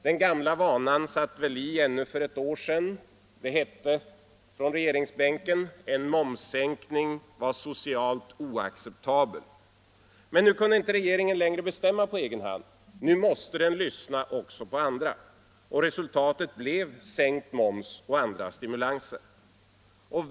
Den gamla vanan satt väl i ännu för ett år sedan. Det hette från regeringsbänken: En momssänkning var ”socialt oacceptabel”. Men nu kunde inte regeringen längre bestämma på egen hand. Nu måste den lyssna också på andra. Resultatet blev sänkt moms och andra stimulanser.